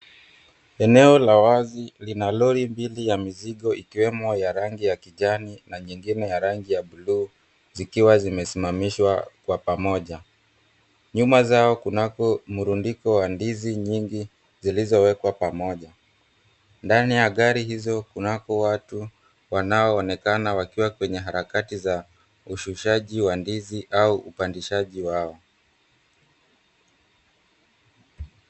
Eneo la wazi lina lori mbili ya mizigo, ikiwemo ya kijani na nyingine ya rangi ya bluu, zikiwa zimesimamishwa kwa pamoja. Nyuma zao kunako mrundiko wa ndizi nyingi zilizowekwa pamoja. Ndani ya gari hizo kunako watu wanaoonekana wakiwa kwenye harakati za ushujaji wa ndizi au upandishaji wao.